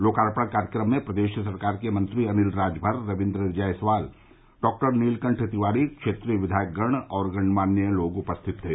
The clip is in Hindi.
लोकार्पण कार्यक्रम में प्रदेश सरकार के मंत्री अनिल राजभर रवीन्द्र जायसवाल डॉक्टर नीलकंठ तिवारी क्षेत्रीय विधायकगण और गणमान्य लोग मौजूद थे